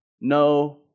no